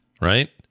right